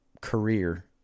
career